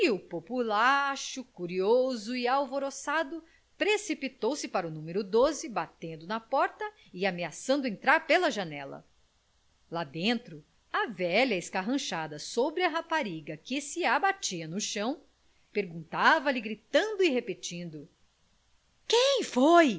populacho curioso e alvoroçado precipitou-se para o numero de batendo na porta e ameaçando entrar pela janela lá dentro a velha escarranchada sobre a rapariga que se debatia no chão perguntava-lhe gritando e repetindo quem foi